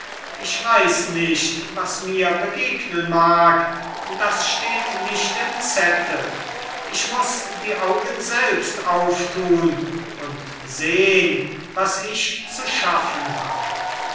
ich weiß nicht was mir begegnen mag das steht nicht im zettel ich muß die augen selbst auftun und sehn was ich zu schaffen hab